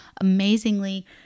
amazingly